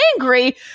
angry